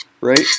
Right